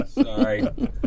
Sorry